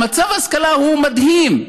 מצב ההשכלה מדהים,